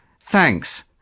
thanks